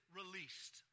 released